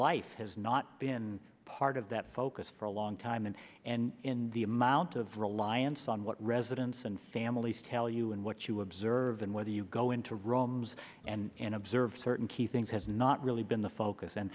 life has not been part of that focus for a long time and and in the amount of reliance on what residents and families tell you and what you observe and whether you go into rome's and observe certain key things has not really been the focus and